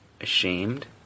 Ashamed